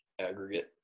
aggregate